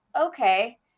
okay